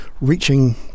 reaching